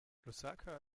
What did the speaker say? lusaka